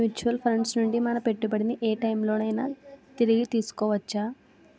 Mutual funds నుండి మన పెట్టుబడిని ఏ టైం లోనైనా తిరిగి తీసుకోవచ్చా?